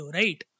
right